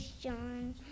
John